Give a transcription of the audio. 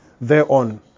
Thereon